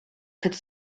could